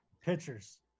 Pitchers